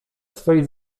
swej